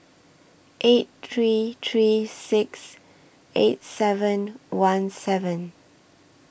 eight three three six eight seven one seven